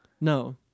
No